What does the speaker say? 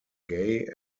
gay